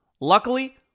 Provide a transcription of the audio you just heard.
Luckily